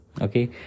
okay